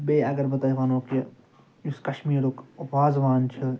بیٚیہِ اگر بہٕ تۄہہِ وَنو کہِ یُس کشمیٖرُک وازوان چھِ